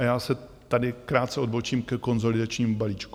Já tady krátce odbočím ke konsolidačnímu balíčku.